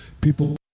people